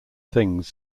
things